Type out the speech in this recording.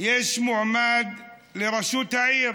יש מועמד לרשות העיר,